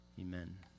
Amen